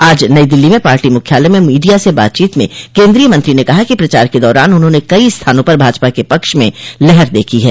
आज नई दिल्ली में पार्टी मुख्यालय में मीडिया से बातचीत में कोन्द्रीय मंत्री ने कहा कि प्रचार के दौरान उन्होंने कई स्थानों पर भाजपा के पक्ष में लहर देखी है